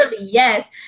yes